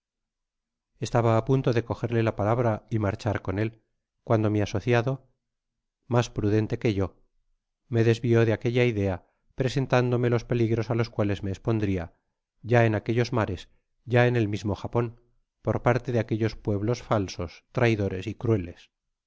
estaba á punto de cogerle la palabra y marchar con él cuando mi asociado mas prudente que yo me desvió de aquella idea representándome los'peligros á los cuales me espondria ya en aquellos mares ya en el mis mo japon por parte de aquellos pueblos falsos traidores y crueles